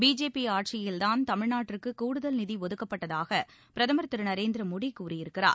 BJP ஆட்சியில்தான் தமிழ்நாட்டிற்கு கூடுதல் நிதி ஒதுக்கப்பட்டதாக பிரதமர் திரு நரேந்திர மோடி கூறியிருக்கிறார்